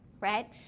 right